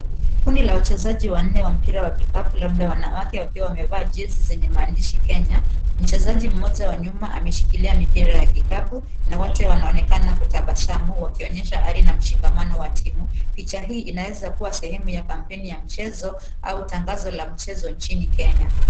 Kundi la wachezaji wa nne wa mpira wa kikapu labda wanawake wakiwa wamevaa jezi zenye maandishi Kenya, mchezaji mmoja wa nyuma aishilene mpira ya kikapu na watu wanaonekana kutabasamu wakionyesha hali na mshamano wa timu, picha hii inaweza kuwa sehemu ya kampeni ya mchezo au tangazo la mchezo nchini Kenya.